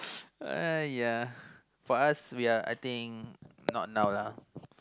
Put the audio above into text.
!aiya! for us we are I think not now lah